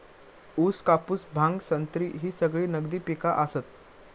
ऊस, कापूस, भांग, संत्री ही सगळी नगदी पिका आसत